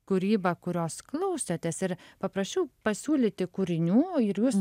kūrybą kurios klausotės ir paprašiau pasiūlyti kūrinių ir jūs